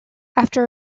after